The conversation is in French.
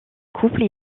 couple